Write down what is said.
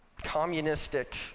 communistic